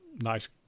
nice